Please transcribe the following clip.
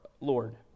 Lord